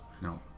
No